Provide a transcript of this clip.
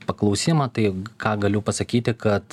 paklausimą tai ką galiu pasakyti kad